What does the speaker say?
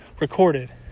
recorded